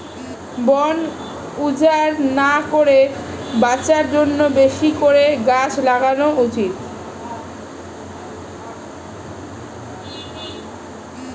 বন উজাড় না করে বাঁচার জন্যে বেশি করে গাছ লাগানো উচিত